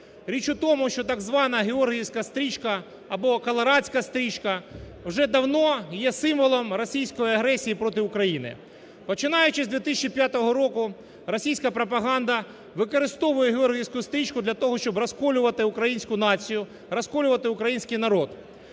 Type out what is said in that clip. Річ у тому, що так звана георгіївська стрічка або колорадська стрічка вже давно є символом російської агресії проти України. Починаючи з 2005 року, російська пропаганда використовує георгіївську стрічку для того, щоб розколювати українську націю, розколювати український народ.